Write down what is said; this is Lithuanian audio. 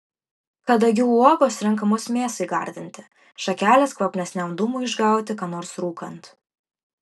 kadagių uogos renkamos mėsai gardinti šakelės kvapnesniam dūmui išgauti ką nors rūkant